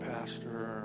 Pastor